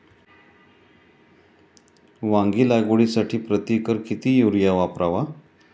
वांगी लागवडीसाठी प्रति एकर किती युरिया वापरावा?